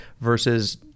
versus